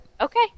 Okay